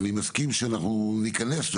ואני מסכים שאנחנו ניכנס.